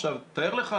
עכשיו תאר לך,